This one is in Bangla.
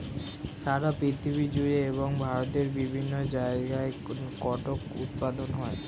সারা পৃথিবী জুড়ে এবং ভারতের বিভিন্ন জায়গায় কটন উৎপাদন হয়